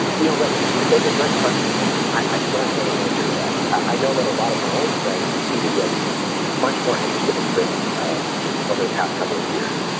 you know but that's a great question and i don't really answer to that, i know that a lot of my older friends seem to be ah much more interested in thrift over the past couple of years,